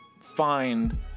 find